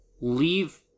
leave